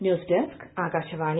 news desk Akashvani